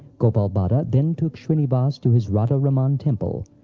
gopal bhatta then took shrinivas to his radha-raman temple,